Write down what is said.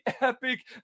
epic